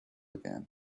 again